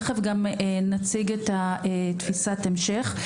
תכף גם נציג את תפיסת ההמשך.